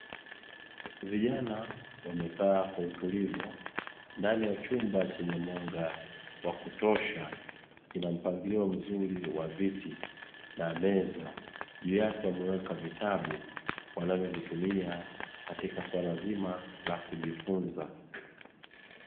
Vijana wamekaa kwa utulivu ndani ya chumba chenye mwanga wa kutosha; kina mpangilio mzuri wa viti, na meza, juu yake wameweka vitabu wanavyovitumia katika swala zima la kujifunza.